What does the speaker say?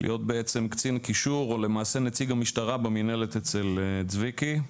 להיות בעצם קצין הקישור או למעשה נציג המשטרה במינהלת אצל צביקי.